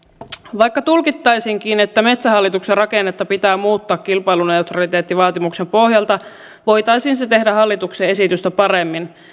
vaikka tulkittaisiinkin että metsähallituksen rakennetta pitää muuttaa kilpailuneutraliteettivaatimuksen pohjalta voitaisiin se tehdä hallituksen esitystä paremmin